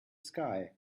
sky